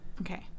Okay